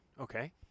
Okay